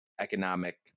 economic